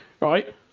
Right